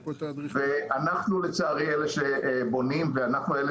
ואנחנו לצערי אלה שבונים ואנחנו אלה